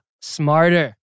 smarter